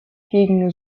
gegen